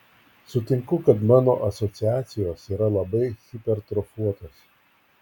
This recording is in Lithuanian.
sutinku kad mano asociacijos yra labai hipertrofuotos